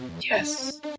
Yes